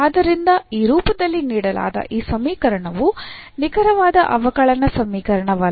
ಆದ್ದರಿಂದ ಈ ರೂಪದಲ್ಲಿ ನೀಡಲಾದ ಈ ಸಮೀಕರಣವು ನಿಖರವಾದ ಅವಕಲನ ಸಮೀಕರಣವಲ್ಲ